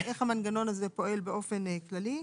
איך המנגנון הזה פועל באופן כללי.